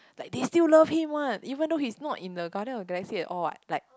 like they still love him what even though he's not in the Guardians of Galaxy at all what like